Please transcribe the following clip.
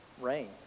rain